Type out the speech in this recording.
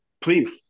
please